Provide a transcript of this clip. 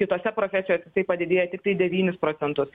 kitose profesijose jisai padidėja tiktai devynis procentus